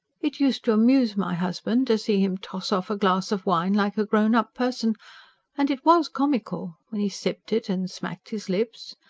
it used to amuse my husband to see him toss off a glass of wine like a grown-up person and it was comical, when he sipped it, and smacked his lips.